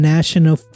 National